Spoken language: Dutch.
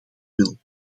wil